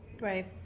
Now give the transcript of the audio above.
Right